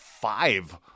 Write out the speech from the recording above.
five